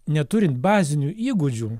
neturint bazinių įgūdžių